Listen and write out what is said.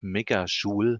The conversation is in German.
megajoule